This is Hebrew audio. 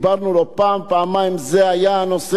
שלפחות אותי הטריד בראש ובראשונה,